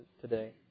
today